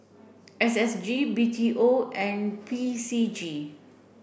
S S G B T O and P C G